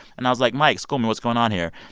and i was like, mike, school me. what's going on here?